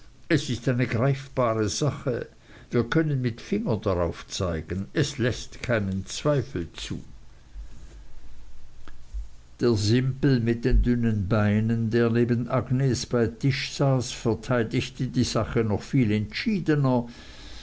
es ist eine greifbare sache wir können mit fingern darauf zeigen es läßt keinen zweifel zu der simpel mit den dünnen beinen der neben agnes bei tisch saß verteidigte die sache noch viel entschiedener